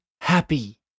happy